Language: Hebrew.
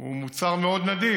הוא מוצר מאוד נדיר,